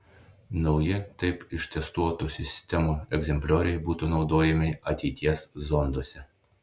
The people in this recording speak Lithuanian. nauji taip ištestuotų sistemų egzemplioriai būtų naudojami ateities zonduose